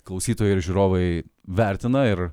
klausytojai ir žiūrovai vertina ir